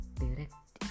direct